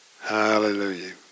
Hallelujah